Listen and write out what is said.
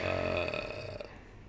uh